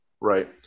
Right